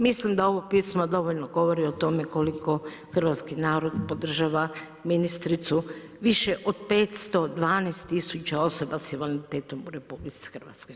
Mislim da ovo pismo dovoljno govori o tome koliko hrvatski narod podržava ministricu, više od 512 tisuća osoba sa invaliditetom u RH.